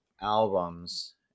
albums